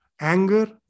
anger